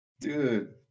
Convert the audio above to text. Dude